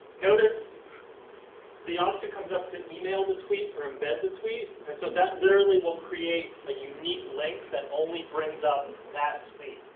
notice the option comes up to email the tweet or embed the tweet. and so that literally will create a unique link that only brings up that tweet.